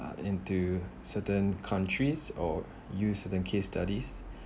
uh into certain countries or used in case studies